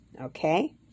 Okay